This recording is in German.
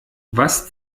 was